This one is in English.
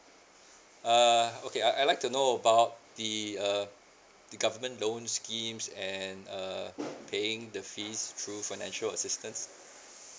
uh okay I I like to know about the uh the government loan schemes and err paying the fees through financial assistance